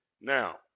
Now